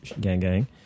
gang-gang